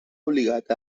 obligat